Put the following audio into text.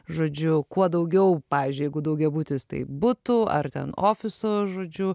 žodžiu kuo daugiau pavyzdžiui jeigu daugiabutis tai butų ar ten ofisų žodžiu